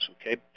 okay